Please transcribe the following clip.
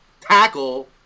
tackle